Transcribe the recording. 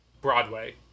Broadway